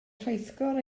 rheithgor